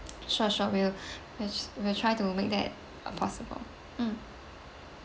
sure sure will will will try to make that uh possible um